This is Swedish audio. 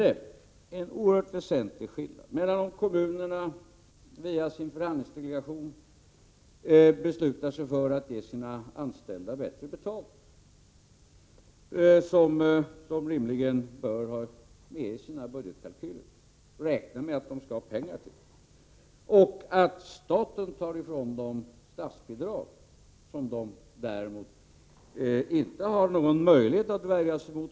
Det är en oerhört väsentlig skillnad mellan att kommunerna, via sin förhandlingsdelegation, beslutar sig för att ge sina anställda bättre betalt, vilket de rimligen bör ha med i sina budgetkalkyler, dvs. räkna med att ha pengar till, och att staten tar ifrån dem statsbidrag, vilket de däremot inte har någon möjlighet att värja sig mot.